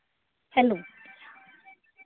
hello